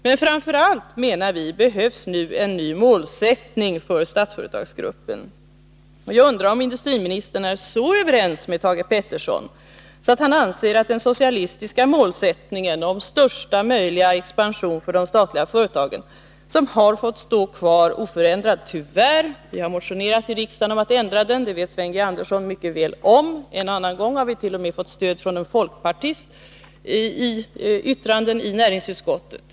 Men vad som enligt vår mening framför allt behövs är en ny målsättning för Statsföretagsgruppen. Jag undrar om industriministern är så överens med Thage Peterson att han anser att den socialistiska målsättningen om största möjliga expansion för de statliga företagen skall få stå kvar. Den har ju fått stå kvar oförändrad — tyvärr. Vi har motionerat i riksdagen om att den skall ändras. Det vet Sven G. Andersson mycket väl. En och annan gång har vi t.o.m. fått stöd från en folkpartist när det gällt yttranden i näringsutskottet.